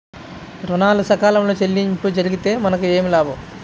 ఋణాలు సకాలంలో చెల్లింపు జరిగితే మనకు ఏమి లాభం?